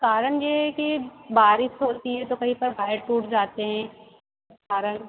कारण यह है कि बारिश होती है तो कहीं पर वायर टूट जाते हैं इस कारण